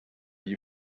you